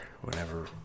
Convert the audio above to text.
whenever